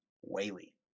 Whaley